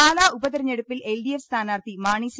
പാലാ ഉപതിരഞ്ഞെടുപ്പിൽ എൽഡിഎഫ് സ്ഥാനാർത്ഥി മാണി സി